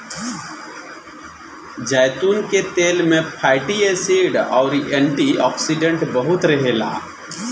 जैतून के तेल में फैटी एसिड अउरी एंटी ओक्सिडेंट खूब रहेला